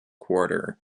quarter